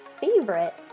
favorite